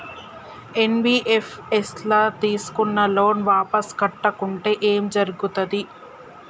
NBFS ల తీస్కున్న loan వాపస్ కట్టకుంటే ఏం జర్గుతది?